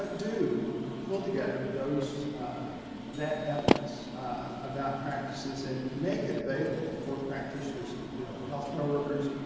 but do pull together those that evidence about practices and make it available for practitioners in the field. health care workers,